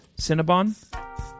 Cinnabon